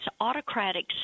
autocratic